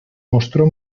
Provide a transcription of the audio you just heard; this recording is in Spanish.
mostró